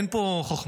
אין פה חוכמות.